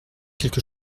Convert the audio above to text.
quelque